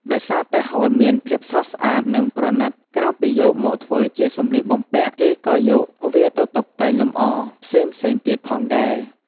ដោយសារតែហូលមានភាពស្រស់ស្អាត និងប្រណីត ក្រៅពីយកមកធ្វើជាសម្លៀកបំពាក់ គេក៏យកវាទៅតុបតែងលម្អផ្សេងៗទៀតផងដែរ។